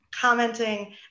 commenting